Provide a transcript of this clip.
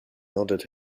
nodded